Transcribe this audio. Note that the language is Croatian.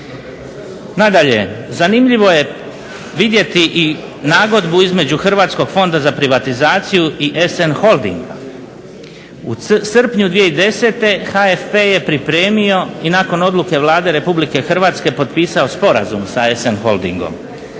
Nadalje, zanimljivo je vidjeti i nagodbu između Hrvatskog fonda za privatizaciju i SN holdinga. U srpnju 2010. HFP je pripremio i nakon odluke Vlade Republike Hrvatske potpisao sporazum sa SN holdingom